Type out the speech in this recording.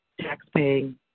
taxpaying